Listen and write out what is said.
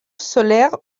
solaire